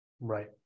Right